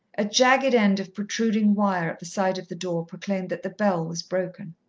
a jagged end of protruding wire at the side of the door proclaimed that the bell was broken.